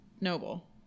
noble